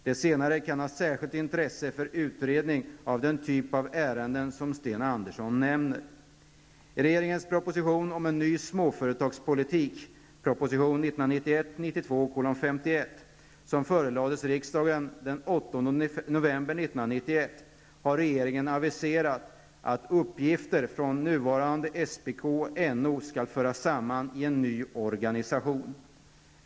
Det senare kan ha särskilt intresse för utredning av den typ av ärenden som Sten Andersson nämner. I regeringens proposition om en ny småföretagspolitik som förelades riksdagen den 8 november 1991 har regeringen aviserat att uppgifter från nuvarande SPK och NO skall föras samman i en ny organisation.